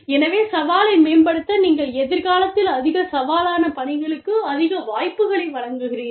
எனவே சவாலை மேம்படுத்த நீங்கள் எதிர்காலத்தில் அதிக சவாலான பணிகளுக்கு அதிக வாய்ப்புகளை வழங்குகிறீர்கள்